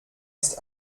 ist